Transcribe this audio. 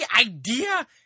idea